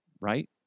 right